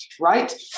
right